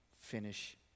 finish